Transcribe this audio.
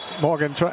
Morgan